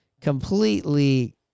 completely